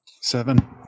Seven